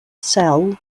cell